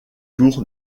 tour